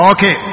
Okay